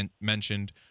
mentioned